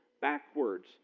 backwards